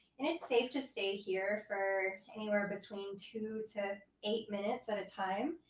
and it's safe to stay here for anywhere between two to eight minutes at a time,